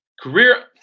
career